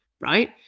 right